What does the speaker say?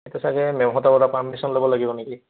সেইটো চাগে মেমহঁতৰ অলপ পাৰ্মিশ্য়ন ল'ব লাগিব নেকি